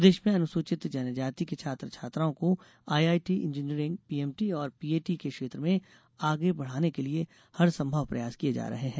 प्रदेश में अनुसूचित जनजाति के छात्र छात्राओं को आईआईटी इंजीनियरिंग पीएमटी और पीएटी के क्षेत्र में आगे बढ़ाने के लिये हरसंभव प्रयास किये जा रहे हैं